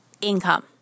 income